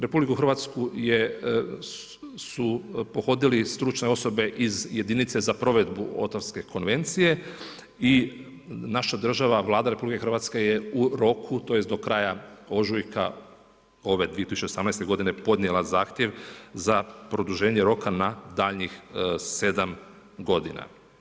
RH su pohodile stručne osobe iz jedinice za provedbu Ottawske konvencije i naša država Vlada RH u roku tj. do kraja ožujka ove 2018. godine podnijela zahtjev za produženje roka na daljnjih sedam godina.